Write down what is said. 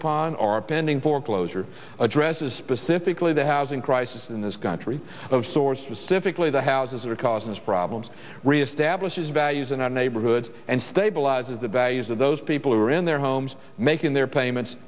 upon are pending foreclosure addresses specifically the housing crisis in this country of sources civically the houses that are causing us problems reestablishes values in our neighborhoods and stabilizes the values of those people who are in their homes making their payments